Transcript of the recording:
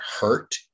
hurt